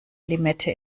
limette